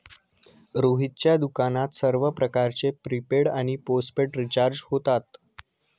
रोहितच्या दुकानात सर्व प्रकारचे प्रीपेड आणि पोस्टपेड रिचार्ज होतात